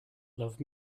love